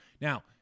Now